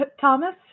Thomas